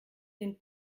den